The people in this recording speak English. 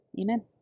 Amen